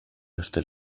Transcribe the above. hasta